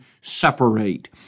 separate